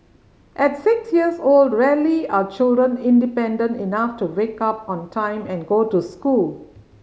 at six years old rarely are children independent enough to wake up on time and go to school